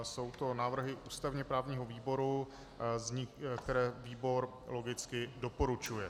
Jsou to návrhy ústavněprávního výboru, které výbor logicky doporučuje.